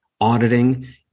auditing